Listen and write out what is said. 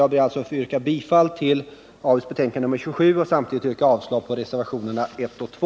Jag ber att få yrka bifall till utskottets hemställan i arbetsmarknadsutskottets betänkande nr 27 och avslag på reservationerna 1 och 2.